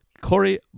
Corey